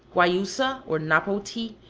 guayusa, or napo tea,